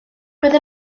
roedd